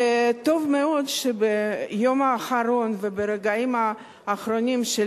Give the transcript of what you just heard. וטוב מאוד שביום האחרון וברגעים האחרונים של